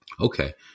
Okay